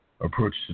approach